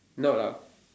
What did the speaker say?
not ah